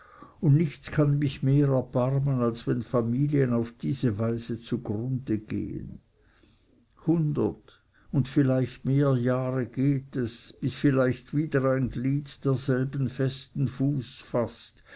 und nichts kann mich mehr erbarmen als wenn familien auf diese weise zugrunde gehen hundert und vielleicht mehr jahre geht es bis vielleicht wieder ein glied derselben festen fuß faßt